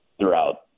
throughout